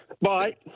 Bye